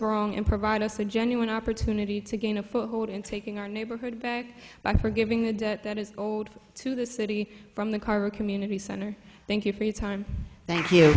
wrong and provide us a genuine opportunity to gain a foothold in taking our neighborhood back by forgiving the debt that is owed to the city from the car a community center thank you for your time thank you